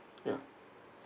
ya